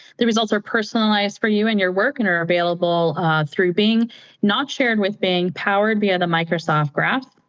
the results are personalized for you and your work and are available through being not shared with being powered via the microsoft graph.